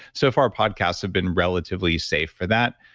so far, podcasts have been relatively safe for that,